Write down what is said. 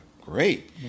great